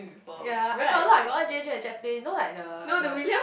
ya I got a lot I got all J J the Jet Plane you know like the the